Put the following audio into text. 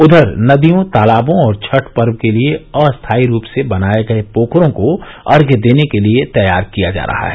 उधर नदियों तालाबों और छठ पर्व के लिये अस्थायी रूप से बनाये गये पोखरों को अर्ध्य देने के लिये तैयार किया जा रहा है